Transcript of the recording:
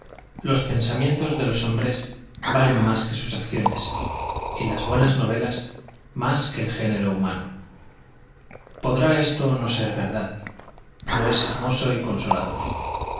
los pensamientos de los hombres valen más que sus acciones y las buenas novelas más que el género humano podrá esto no ser verdad pero es hermoso y consolador